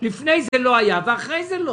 לפני זה לא היה ואחרי זה לא